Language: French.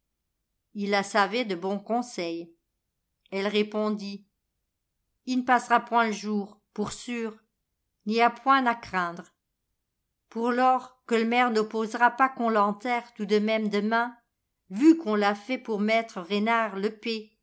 il la savait de bon conseil elle répondit i n passera point i jour pour sûr n'y a point n'a craindre pour lors que i maire n'opposera pas qu'on l'enterre tout de même demain vu qu'on l'a fait pour maître renard le pé